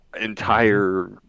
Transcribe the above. entire